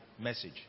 message